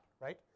right